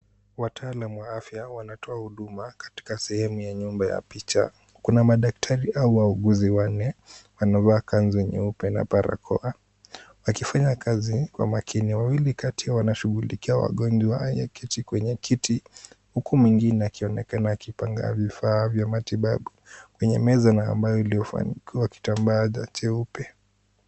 Wataalam wa afya wanatoa huduma katika sehemu ya nyumba ya picha. Kuna madaktari au wauguzi wanne wanavaa kanzu nyeupe na barakoa wakifanya kazi kwa makini. Wawili kati wanashughulikia wagonjwa walioketi kwenye kiti huku mwingine akionekana akipanga vifaa vya matibabu kwenye meza ambayo iliyofunikwa kwa kitambaa cheupe.